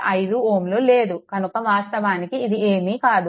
5 Ω లేదు కనుక వాస్తవానికి ఇది ఏమీ కాదు